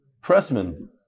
Pressman